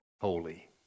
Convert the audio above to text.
holy